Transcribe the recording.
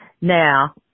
Now